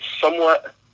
somewhat